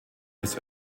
bis